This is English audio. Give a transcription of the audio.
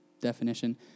definition